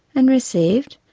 and received,